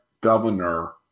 governor